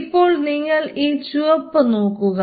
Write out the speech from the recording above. ഇപ്പോൾ നിങ്ങൾ ഈ ചുവപ്പ് നോക്കുക